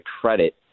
credit